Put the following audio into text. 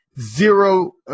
zero